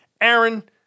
Aaron